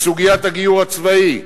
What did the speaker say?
בסוגיית הגיור הצבאי: